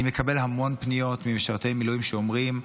אני מקבל המון פניות ממשרתי מילואים, שאומרים: